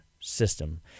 system